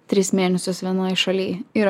tris mėnesius vienoj šaly ir